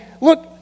look